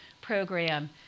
program